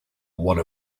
one